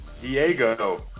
diego